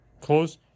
close